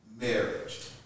marriage